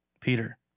Peter